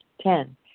Ten